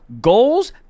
goals